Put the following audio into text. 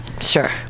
Sure